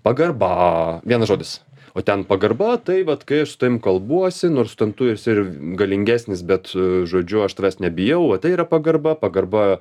pagarba vienas žodis o ten pagarba tai vat kai aš su tavim kalbuosi nors ten tu esi ir galingesnis bet žodžiu aš tavęs nebijau o tai yra pagarba pagarba